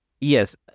Yes